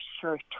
shirt